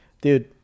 dude